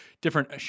different